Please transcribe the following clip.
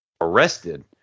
arrested